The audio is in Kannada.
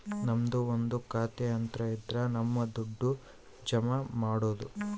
ನಮ್ದು ಒಂದು ಖಾತೆ ಅಂತ ಇದ್ರ ನಮ್ ದುಡ್ಡು ಜಮ ಮಾಡ್ಬೋದು